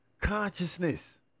consciousness